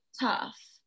tough